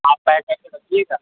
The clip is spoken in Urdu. آپ پیک کر کے رکھ دیجیے گا